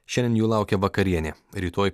šiandien jų laukia vakarienė rytoj